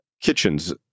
kitchens